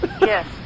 Yes